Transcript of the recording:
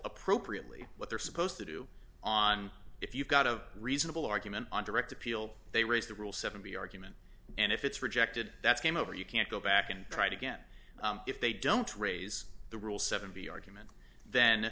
appropriately what they're supposed to do on if you've got a reasonable argument on direct appeal they raise the rule seven b argument and if it's rejected that's game over you can't go back and try to get if they don't raise the rule seventy argument then